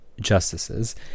justices